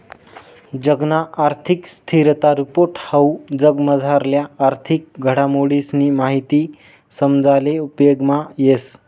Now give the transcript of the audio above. जगना आर्थिक स्थिरता रिपोर्ट हाऊ जगमझारल्या आर्थिक घडामोडीसनी माहिती समजाले उपेगमा येस